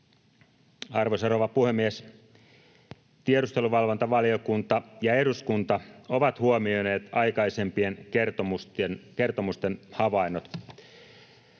Arvoisa rouva puhemies! Tiedusteluvalvontavaliokunta ja eduskunta ovat huomioineet aikaisempien kertomusten havainnot.